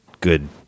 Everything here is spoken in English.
good